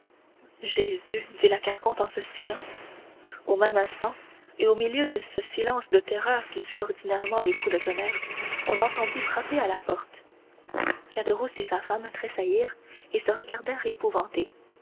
jésus dit la carconte en se signant au même instant et au milieu de ce silence de terreur qui suit ordinairement les coups de tonnerre on entendit frapper à la porte caderousse et sa femme tressaillirent et se regardèrent épouvantés